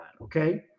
okay